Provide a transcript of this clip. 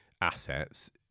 assets